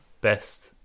best